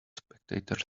spectator